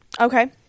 Okay